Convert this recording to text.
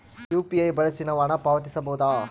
UPI ಬಳಸಿ ನಾವು ಹಣ ಪಾವತಿಸಬಹುದಾ?